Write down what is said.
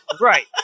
Right